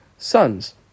sons